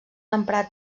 emprar